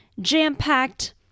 jam-packed